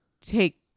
take